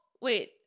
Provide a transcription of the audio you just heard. Wait